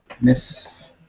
Miss